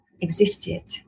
existed